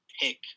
pick